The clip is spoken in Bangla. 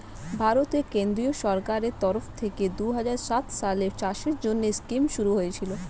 ভারতের কেন্দ্রীয় সরকারের তরফ থেকে দুহাজার সাত সালে চাষের জন্যে স্কিম শুরু হয়েছিল